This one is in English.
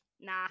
Nah